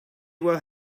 were